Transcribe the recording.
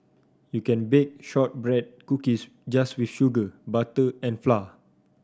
you can bake shortbread cookies just with sugar butter and flour